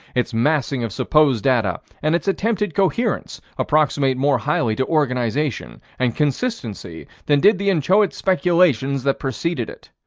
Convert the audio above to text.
its massing of supposed data, and its attempted coherence approximate more highly to organization and consistency than did the inchoate speculations that preceded it.